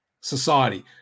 society